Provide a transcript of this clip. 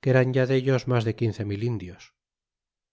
que eran ya dellos mas de quince mil indios